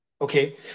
okay